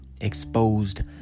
exposed